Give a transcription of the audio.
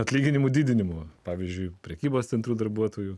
atlyginimų didinimo pavyzdžiui prekybos centrų darbuotojų